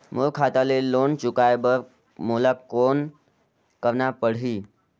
मोर खाता ले लोन चुकाय बर मोला कौन करना पड़ही?